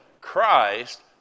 Christ